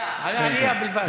על עלייה בלבד.